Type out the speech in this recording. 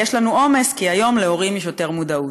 יש לנו עומס, כי היום להורים יש יותר מודעות.